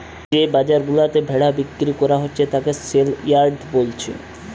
যে বাজার গুলাতে ভেড়া বিক্রি কোরা হচ্ছে তাকে সেলইয়ার্ড বোলছে